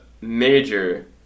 major